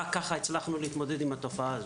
רק ככה הצלחנו להתמודד עם התופעה הזו.